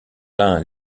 l’un